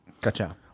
Gotcha